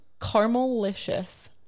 caramelicious